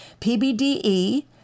PBDE